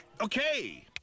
okay